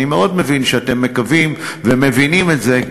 אני מאוד מקווה שאתם מבינים את זה,